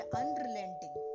unrelenting